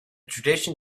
tradition